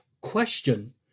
Question